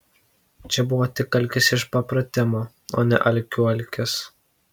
čia buvo tik alkis iš papratimo o ne alkių alkis